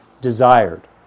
desired